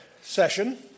session